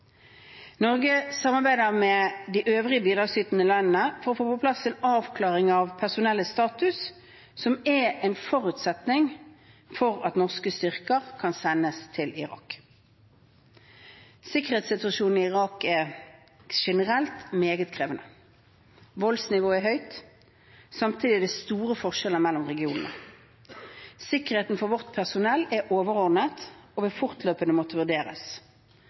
Norge samarbeider med de øvrige bidragsytende land for å få på plass en avklaring av personellets status, som er en forutsetning for at norske styrker kan sendes til Irak. Sikkerhetssituasjonen i Irak er generelt meget krevende. Voldsnivået er høyt. Samtidig er det store forskjeller mellom regionene. Sikkerheten for vårt personell er overordnet og vil fortløpende måtte vurderes.